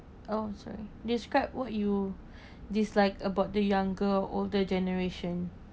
oh des~ describe what you dislike about the younger older generation